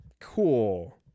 Cool